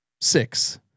six